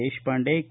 Deshpande K